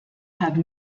have